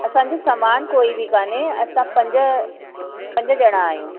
असांजो सामान कोई बि कान्हे असां पंज पंज ॼणा आहियूं